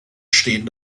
stehen